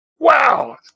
wow